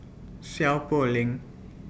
Seow Poh Leng